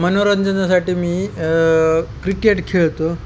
मनोरंजनासाठी मी क्रिकेट खेळतो